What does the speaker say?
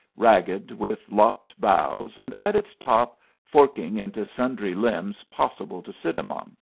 ragged with lopped boughs and at its top forking into sundry limbs possible to sit among.